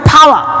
power